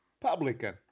publican